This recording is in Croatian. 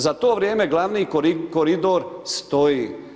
Za to vrijeme glavni koridor stoji.